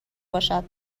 باشد